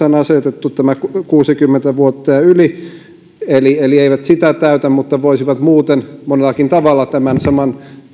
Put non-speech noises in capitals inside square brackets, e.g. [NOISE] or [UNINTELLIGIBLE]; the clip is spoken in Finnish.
[UNINTELLIGIBLE] on asetettu tämä kuusikymmentä vuotta ja yli jotka eivät sitä täytä mutta voisivat muuten monellakin tavalla tämän saman